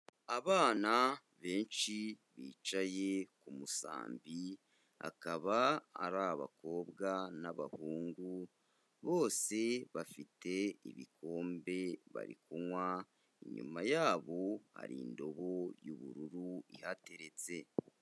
Abana benshi bicaye ku musambi, akaba ari abakobwa n'abahungu, bose bafite ibikombe bari kunywa, inyuma yabo hari indobo y'ubururu ihateretse.